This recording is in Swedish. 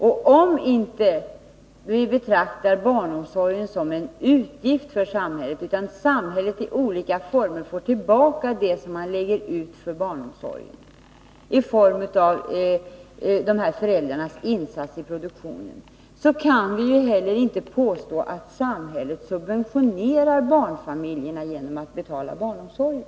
Om vi inte betraktar barnomsorgen som en utgift för samhället, utan samhället i olika former får tillbaka det som läggs ut för barnomsorgen, i form av dessa föräldrars insatser i produktionen, kan vi heller inte påstå att samhället subventionerar barnfamiljerna genom att betala barnomsorgen.